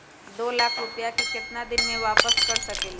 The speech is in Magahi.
दो लाख रुपया के केतना दिन में वापस कर सकेली?